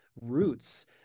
roots